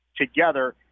together